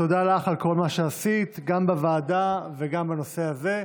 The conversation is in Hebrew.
תודה לך על כל מה שעשית, גם בוועדה וגם בנושא הזה.